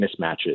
mismatches